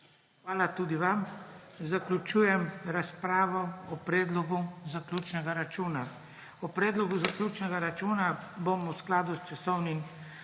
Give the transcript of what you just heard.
Hvala tudi vam. Zaključujem razpravo o predlogu zaključnega računa. O predlogu zaključnega računa bomo v skladu s časovnim